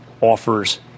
offers